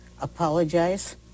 apologize